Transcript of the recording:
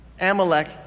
Amalek